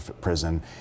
prison